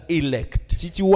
elect